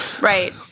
Right